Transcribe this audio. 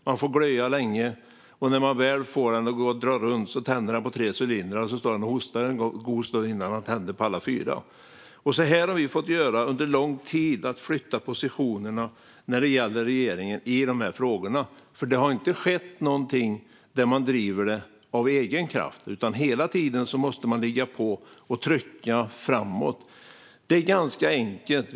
Man får glöda länge, och när man väl får den att dra runt tänder den på tre cylindrar och står sedan och hostar en god stund innan den tänder på alla fyra. Vi har under lång tid fått flytta positionerna när det gäller regeringar i de här frågorna, för det har inte skett någonting som man har drivit av egen kraft, utan vi måste hela tiden ligga på och trycka framåt. Det är ganska enkelt.